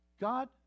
God